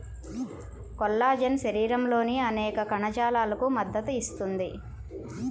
collagen శరీరంలోని అనేక కణజాలాలకు మద్దతు ఇస్తుంది